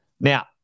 Now